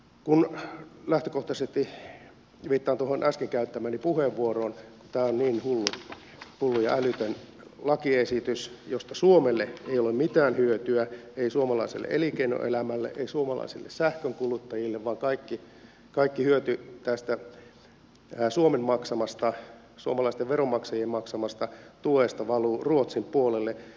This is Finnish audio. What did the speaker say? lähtökohtaisesti viittaan tuohon äsken käyttämääni puheenvuoroon tämä on hullu ja älytön lakiesitys josta suomelle ei ole mitään hyötyä ei suomalaiselle elinkeinoelämälle ei suomalaisille sähkönkuluttajille vaan kaikki hyöty tästä suomen maksamasta suomalaisten veronmaksajien maksamasta tuesta valuu ruotsin puolelle